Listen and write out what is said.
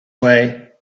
way